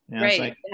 right